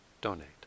donate